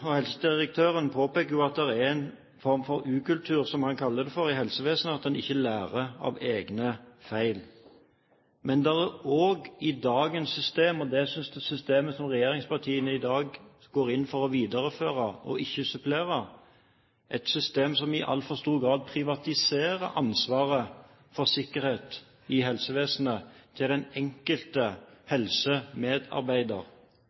og helsedirektøren påpeker at det er en form for ukultur, som han kaller det, i helsevesenet, at en ikke lærer av egne feil. Men også dagens system, og det er det systemet som regjeringspartiene i dag går inn for å videreføre og ikke supplere, privatiserer i altfor stor grad ansvaret for sikkerhet i helsevesenet til den enkelte